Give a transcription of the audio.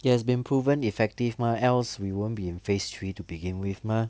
it has been proven effective mah else we won't be in phase three to begin with mah